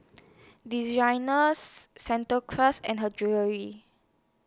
Santa Cruz and Her Jewellery